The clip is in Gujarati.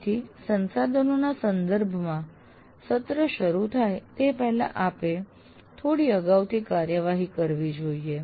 તેથી સંસાધનોના સંદર્ભમાં સત્ર શરૂ થાય તે પહેલાં આપે થોડી અગાઉથી કાર્યવાહી કરવી જોઈએ